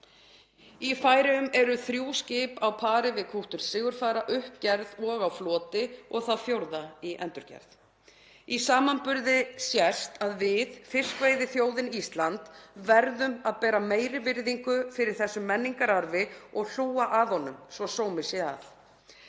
Í Færeyjum eru þrjú skip á pari við kútter Sigurfara uppgerð og á floti og það fjórða í endurgerð. Í samanburði sést að við, fiskveiðiþjóðin Ísland, verðum að bera meiri virðingu fyrir þessum menningararfi og hlúa að honum svo sómi sé að.